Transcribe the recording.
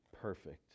perfect